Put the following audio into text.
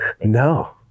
no